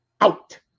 out